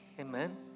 Amen